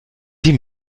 die